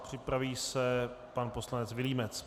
Připraví se pan poslanec Vilímec.